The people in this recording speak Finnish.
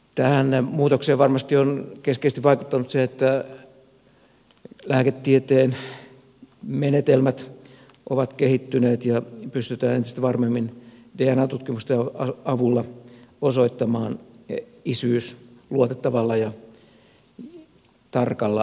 tähän muutokseen varmasti on keskeisesti vaikuttanut se että lääketieteen menetelmät ovat kehittyneet ja pystytään entistä varmemmin dna tutkimusten avulla osoittamaan isyys luotettavalla ja tarkalla tavalla